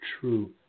true